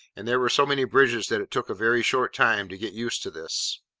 and there were so many bridges that it took a very short time to get used to this.